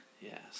Yes